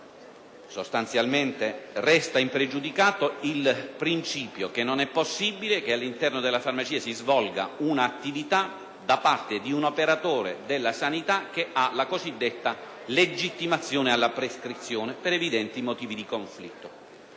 farmacista. Resta impregiudicato cioè il principio che non è possibile che all'interno della farmacia si svolga un'attività da parte di un operatore della sanità che ha la cosiddetta legittimazione alla prescrizione, per evidenti motivi di conflitto,